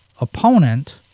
opponent